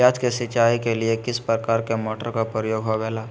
प्याज के सिंचाई के लिए किस प्रकार के मोटर का प्रयोग होवेला?